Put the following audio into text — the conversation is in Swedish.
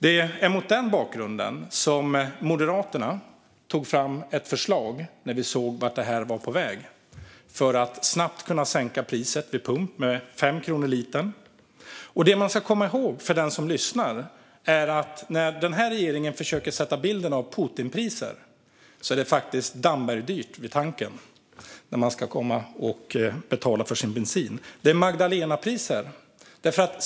Det var mot denna bakgrund som vi i Moderaterna, när vi såg vart det här var på väg, tog fram ett förslag för att snabbt kunna sänka priset vid pump med 5 kronor litern. Den som lyssnar ska komma ihåg detta: När den här regeringen försöker att måla upp bilden av Putinpriser är det faktiskt Dambergdyrt vid tanken när man ska betala för sin bensin. Det är Magdalenapriser.